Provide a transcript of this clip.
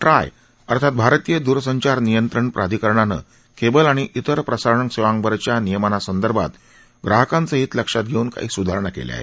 try अर्थात भारतीय दूरसंचार नियंत्रण प्राधिकरणानं केबल आणि दिवर प्रसारण सेवांवरच्या नियमनासंदर्भात प्राहकांचं हित लक्षात घेऊन काही सुधारणा केल्या आहेत